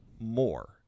more